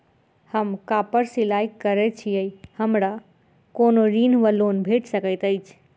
हम कापड़ सिलाई करै छीयै हमरा कोनो ऋण वा लोन भेट सकैत अछि?